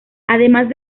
además